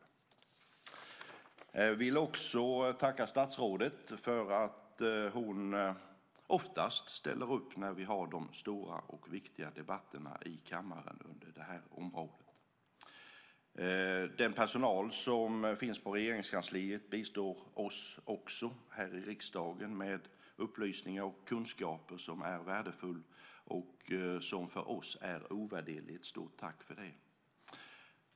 Jag vill också tacka statsrådet för att hon oftast ställer upp när vi har de stora och viktiga debatterna i kammaren inom det här området. Den personal som finns på Regeringskansliet bistår också oss här i riksdagen med upplysningar och kunskaper som är värdefulla och ovärderliga för oss. Stort tack för det!